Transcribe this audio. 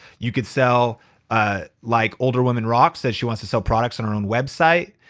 you could sell ah like older women rock says she wants to sell products on her own website.